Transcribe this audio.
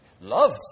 love